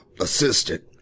assistant